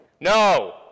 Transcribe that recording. No